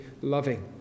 loving